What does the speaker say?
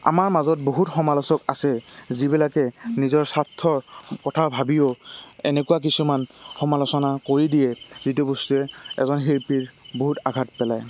আমাৰ মাজত বহুত সমালোচক আছে যিবিলাকে নিজৰ স্বাৰ্থৰ কথা ভাবিও এনেকুৱা কিছুমান সমালোচনা কৰি দিয়ে যিটো বস্তুৱে এজন শিল্পীৰ বহুত আঘাত পেলায়